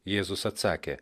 jėzus atsakė